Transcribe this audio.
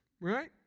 right